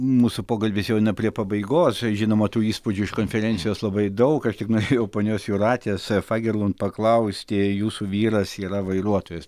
mūsų pokalbis jau eina prie pabaigos žinoma tų įspūdžių iš konferencijos labai daug aš tik norėjau ponios jūratės fagerlund paklausti jūsų vyras yra vairuotojas